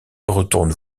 retourne